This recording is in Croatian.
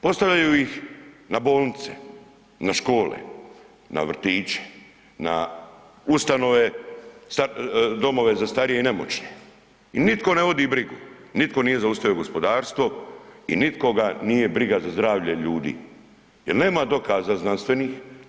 Postavljaju ih na bolnice, na škole, na vrtiće, na ustanove domove za starije i nemoćne i nitko ne vodi brigu, nitko nije zaustavio gospodarstvo i nikoga nije briga za zdravlje ljudi jel nema dokaza znanstvenih.